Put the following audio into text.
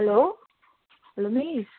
hello hello miss